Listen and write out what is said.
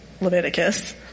Leviticus